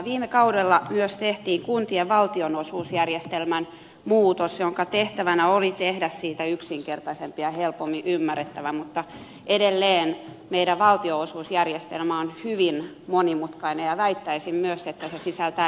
viime kaudella myös tehtiin kuntien valtionosuusjärjestelmän muutos jonka tehtävänä oli tehdä järjestelmästä yksinkertaisempi ja helpommin ymmärrettävä mutta edelleen meidän valtionosuusjärjestelmä on hyvin monimutkainen ja väittäisin myös että se sisältää epäoikeudenmukaisuuksia